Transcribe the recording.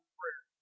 prayer